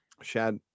Shad